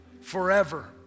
forever